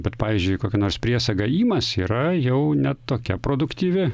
bet pavyzdžiui kokia nors priesaga ymas yra jau ne tokia produktyvi